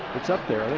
it's up there.